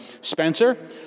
Spencer